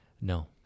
No